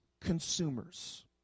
consumers